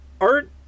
art